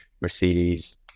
Mercedes